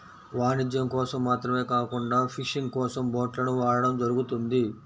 వాణిజ్యం కోసం మాత్రమే కాకుండా ఫిషింగ్ కోసం బోట్లను వాడటం జరుగుతుంది